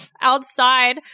outside